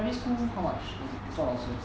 primary school how much 你做老师